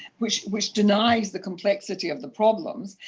which which denies the complexity of the problems,